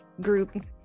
group